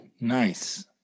nice